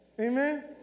Amen